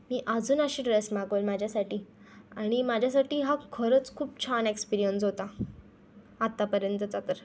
मी अजून असे ड्रेस मागवंल माझ्यासाठी आणि माझ्यासाठी हा खरंच खूप छान एक्सपीरियन्स होता आत्ता पर्यंतचा तर